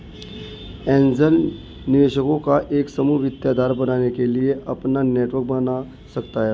angel निवेशकों का एक समूह वित्तीय आधार बनने के लिए अपना नेटवर्क बना सकता हैं